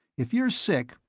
if you're sick,